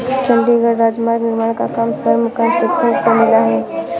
चंडीगढ़ राजमार्ग निर्माण का काम शर्मा कंस्ट्रक्शंस को मिला है